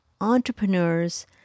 Entrepreneurs